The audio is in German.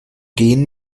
gehen